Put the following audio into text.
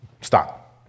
Stop